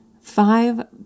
five